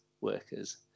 workers